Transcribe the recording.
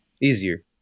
Easier